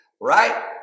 right